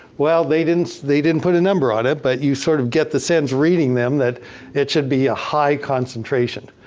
well, they didn't they didn't put a number on it, but you sort of get the sense reading them that it should be a high concentration.